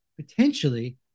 potentially